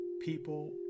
people